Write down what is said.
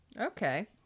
Okay